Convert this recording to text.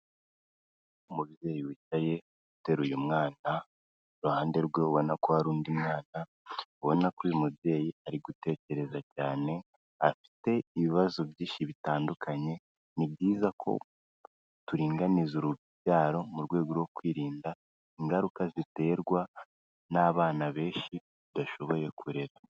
Umubyeyi wicaye ateruye umwana, iruhande rwe ubona ko hari undi mwana, ubona ko uyu mubyeyi ari gutekereza cyane, afite ibibazo byinshi bitandukanye, ni byiza ko turinganiza urubyaro mu rwego rwo kwirinda ingaruka ziterwa n'abana benshi tudashoboye kurera.